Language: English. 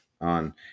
on